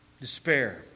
despair